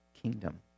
kingdom